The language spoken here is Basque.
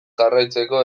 jarraitzeko